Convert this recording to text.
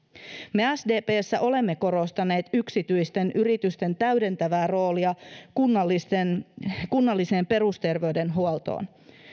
me sdpssä olemme korostaneet yksityisten yritysten täydentävää roolia kunnalliseen kunnalliseen perusterveydenhuoltoon